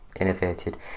innovated